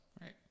Right